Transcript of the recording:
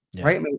Right